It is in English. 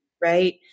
right